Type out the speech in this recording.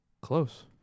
Close